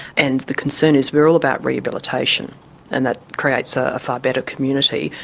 and the concern is we're all about rehabilitation and that creates a far better community,